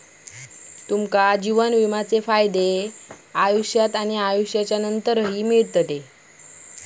तुमका जीवन विम्याचे फायदे आयुष्यात आणि आयुष्यानंतरही मिळतले